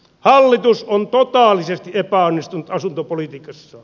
hallitus on totaalisesti epäonnistunut asuntopolitiikassaan